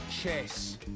chess